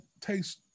taste